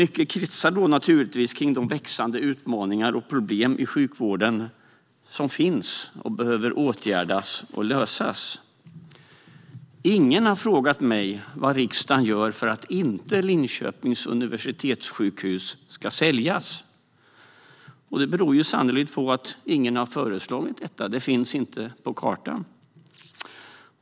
Mycket kretsar naturligtvis kring de växande utmaningar och problem i sjukvården som finns och som behöver åtgärdas och lösas. Ingen har frågat mig vad riksdagen gör för att Linköpings universitetssjukhus inte ska säljas. Det beror sannolikt på att ingen har föreslagit detta. Det finns inte på kartan.